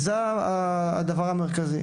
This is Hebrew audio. זהו הדבר המרכזי.